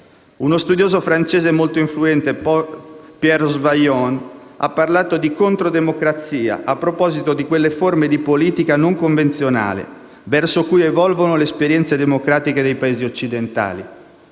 Uno studioso francese molto influente, Pierre Rosanvallon, ha parlato di controdemocrazia, a proposito di quelle forme di politica non convenzionale verso cui evolvono le esperienze democratiche dei Paesi occidentali.